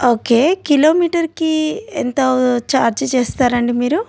okay కిలోమీటర్కి ఎంత charge చేస్తారు అండి మీరు